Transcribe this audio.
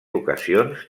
ocasions